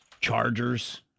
Chargers